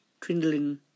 twindling